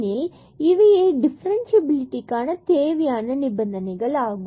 ஏனெனில் இவையே டிஃபரன்ஸ்சியபிலிடிகான தேவையான நிபந்தனைகள் ஆகும்